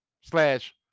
slash